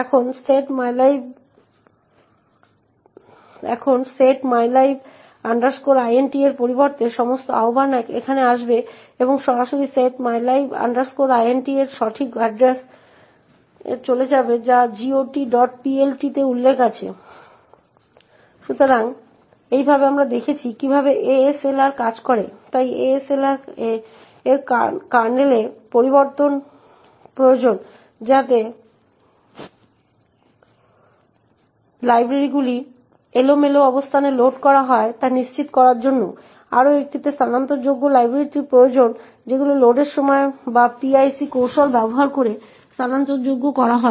যখন এটি এখানে আসে তখন আমাদের কাছে s এর এড্রেস উপস্থিত রয়েছে তাই এর কারণে শতকরা n যা ফরম্যাট স্পেসিফায়ারে রয়েছে এবং printf এটি এই এড্রেস এ যায়